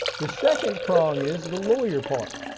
the second prong is the lawyer part.